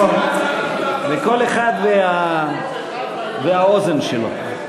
כל אחד והאוזן שלו.